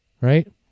right